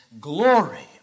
glory